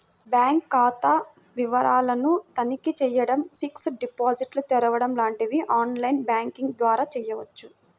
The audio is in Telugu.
బ్యాంక్ ఖాతా వివరాలను తనిఖీ చేయడం, ఫిక్స్డ్ డిపాజిట్లు తెరవడం లాంటివి ఆన్ లైన్ బ్యాంకింగ్ ద్వారా చేయవచ్చు